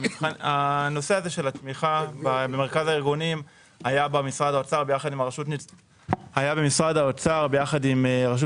הנושא הזה של התמיכה במרכז הארגונים היה במשרד האוצר יחד עם הרשות